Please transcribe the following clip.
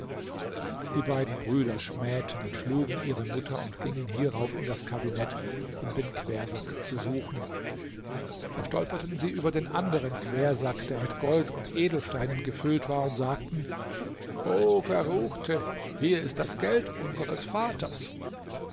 die beiden brüder schmähten und schlugen ihre mutter und gingen hierauf in das kabinett um den quersack zu suchen da stolperten sie über den anderen quersack der mit gold und edelsteinen gefüllt war und sagten o verruchte hier ist das geld unseres vaters